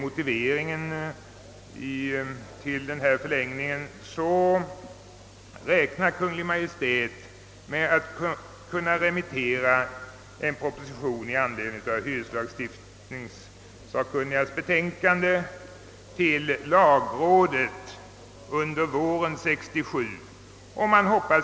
Utskottet skriver: »Oaktat förseningen torde enligt uppgift Kungl. Maj:ts förslag i ämnet kunna remitteras till lagrådet under våren 1967.